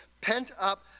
pent-up